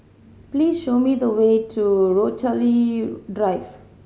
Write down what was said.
please show me the way to Rochalie Drive